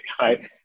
right